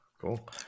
Cool